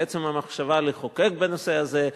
על עצם המחשבה לחוקק בנושא הזה,